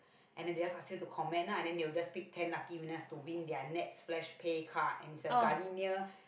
and then they just ask you to comment lah and they will just pick ten lucky winner to win their nets flash pay card and is a Gardenia